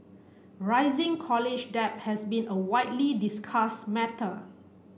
rising college debt has been a widely discussed matter